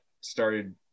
started